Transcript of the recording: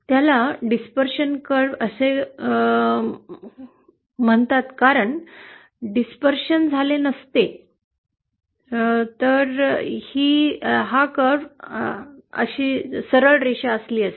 त्याला dispersion curve असे म्हणतात कारण विसर्जन झाले नसते ही वक्र रेषा अशी सरळ रेषा होती